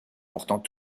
portant